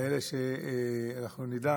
כאלה שאנחנו נדע